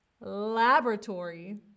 Laboratory